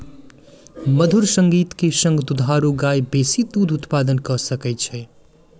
मधुर संगीत के संग दुधारू गाय बेसी दूध उत्पादन कअ सकै छै